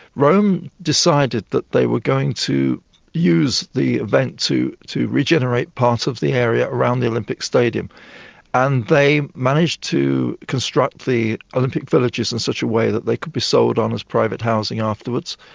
rome decided that they were going to use the event to to regenerate part of the area around the olympic stadium and they managed to construct the olympic villages in such a way that they could be sold on as private housing afterwards.